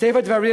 בספר דברים,